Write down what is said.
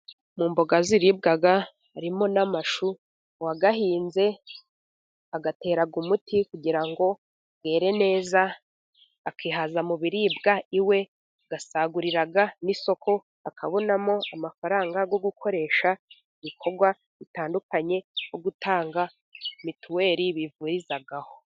Mu mboga ziribwa harimo n' amashu uwayahinze ayatera umuti, kugira ngo yere neza, akihaza mu biribwa iwe agasagurira n' isoko akabonamo amafaranga, yo gukoresha ibikorwa bitandukanye nko gutanga mitiweli bivurizaho.